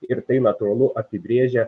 ir tai natūralu apibrėžia